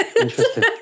interesting